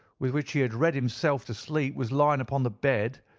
with which he had read himself to sleep was lying upon the bed,